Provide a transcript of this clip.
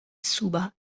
suba